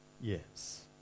yes